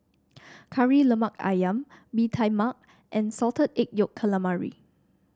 Kari Lemak ayam Bee Tai Mak and Salted Egg Yolk Calamari